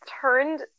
turned